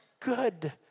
good